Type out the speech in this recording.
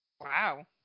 Wow